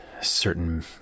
certain